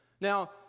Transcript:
Now